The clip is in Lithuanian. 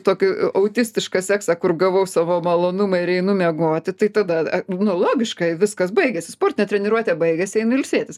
tokiu autistišką seksą kur gavau savo malonumą ir einu miegoti tai tada nu logiškai viskas baigėsi sportinė treniruotė baigėsi einu ilsėtis